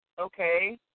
okay